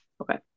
Okay